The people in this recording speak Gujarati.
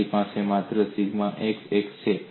તમારી પાસે માત્ર સિગ્મા xx છે